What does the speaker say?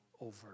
over